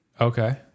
Okay